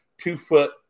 two-foot